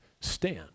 stand